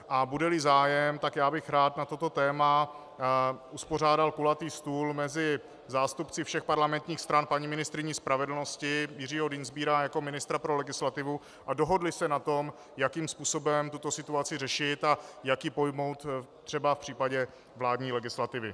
A budeli zájem, tak bych rád na toto téma uspořádal kulatý stůl mezi zástupci všech parlamentních stran, paní ministryní spravedlnosti, Jiřího Dienstbiera jako ministra pro legislativu, a dohodli se na tom, jakým způsobem tuto situaci řešit a jak ji pojmout třeba v případě vládní legislativy.